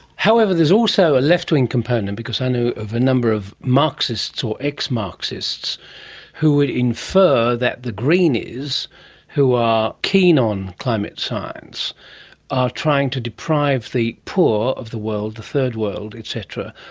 however, there is also a left-wing component, because i know of a number of marxists or ex-marxists who would infer that the greenies who are keen on climate science are trying to deprive the poor of the world, the third world et cetera,